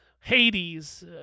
Hades